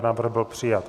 Návrh byl přijat.